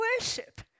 worship